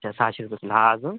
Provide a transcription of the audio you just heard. अच्छा सहाशे रुपये किलो हां अजून